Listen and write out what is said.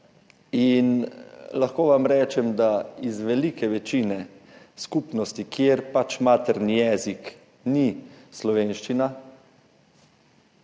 Lahko vam rečem, da iz velike večine skupnosti, kjer pač materni jezik ni slovenščina,